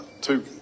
two